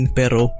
pero